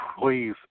Please